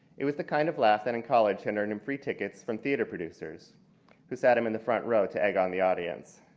it was the kind of laugh that in college hindered and free tickets from theater producers who sat him in the front row to egg on the audience.